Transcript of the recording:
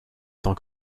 tant